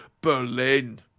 Berlin